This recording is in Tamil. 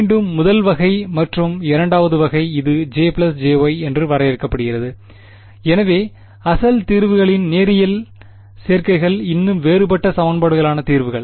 மீண்டும் முதல் வகை மற்றும் இரண்டாவது வகை இது J jY என வரையறுக்கப்படுகிறது எனவே அசல் தீர்வுகளின் நேரியல் சேர்க்கைகள் இன்னும் வேறுபட்ட சமன்பாட்டுக்கான தீர்வுகள்